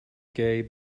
gay